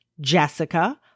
Jessica